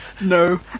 No